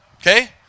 Okay